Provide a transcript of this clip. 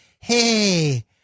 hey